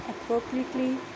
appropriately